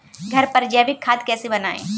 घर पर जैविक खाद कैसे बनाएँ?